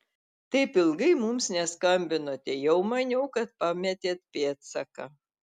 taip ilgai mums neskambinote jau maniau kad pametėt pėdsaką